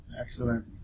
Excellent